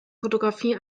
fotografie